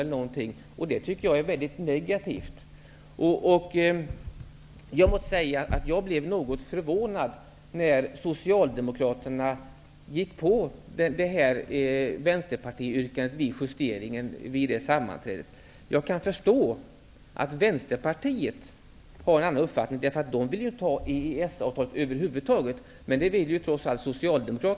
Det tycker jag är mycket negativt. Jag blev något förvånad när Socialdemokraterna vid justeringssammanträdet gick på detta yrkande från Vänsterpartiet. Jag kan förstå att Vänsterpartiet har en annan uppfattning. Vänsterpartiet vill ju inte ha EES-avtalet över huvud taget, men det vill ju trots allt